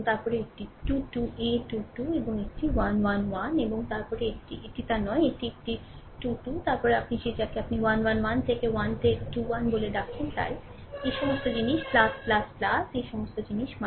এবং তারপরে এটি 2 2 a 2 2 এবং এটি 1 1 1 এবং তারপরে এটি এটি তার নয় এটি একটি 2 2 তারপরে আপনি সেই যাকে আপনি 1 1 1 থেকে 1 তে 21 বলে ডাকছেন তাই এই সমস্ত জিনিস এই সমস্ত জিনিস